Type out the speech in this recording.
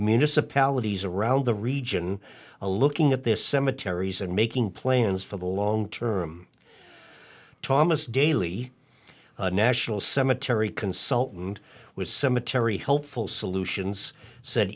municipalities around the region a looking at this cemeteries and making plans for the long term thomas daly national cemetery consultant with cemetery helpful solutions said